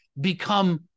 become